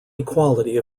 equality